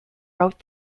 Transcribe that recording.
wrote